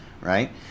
right